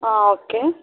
okay